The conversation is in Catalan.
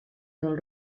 del